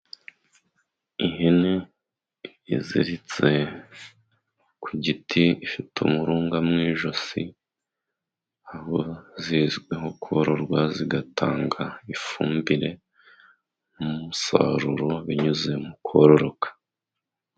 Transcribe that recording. Ihene iziritse ku giti ifite umurunga mu ijosi aho zizwiho kororwa zigatanga ifumbire n'umusaruro binyuze mu kororoka.